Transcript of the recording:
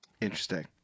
Interesting